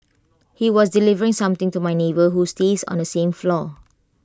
he was delivering something to my neighbour who stays on the same floor